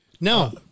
no